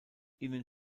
ihnen